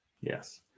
Yes